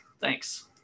thanks